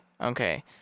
Okay